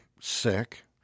sick